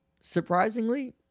surprisingly